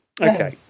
Okay